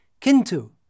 Kintu